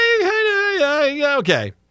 Okay